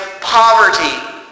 poverty